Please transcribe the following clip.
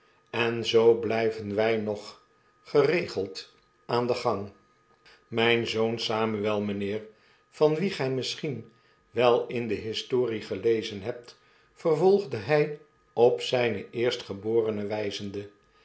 en zoo blyven wy nog geregeld aan den gang myn zoon samuel mynheer van wien gy misschien wel in de historie gelezen hebt vervolgde hy op zynen eerstgeborene